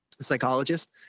psychologist